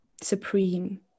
supreme